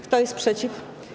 Kto jest przeciw?